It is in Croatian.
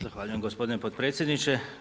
Zahvaljujem gospodine potpredsjedniče.